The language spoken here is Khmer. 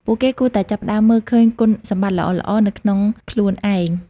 ពួកគេគួរតែចាប់ផ្ដើមមើលឃើញគុណសម្បត្តិល្អៗនៅក្នុងខ្លួនឯង។